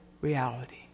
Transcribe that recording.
reality